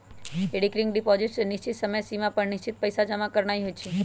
recurring deposit में निश्चित समय सिमा पर निश्चित पइसा जमा करानाइ होइ छइ